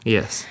Yes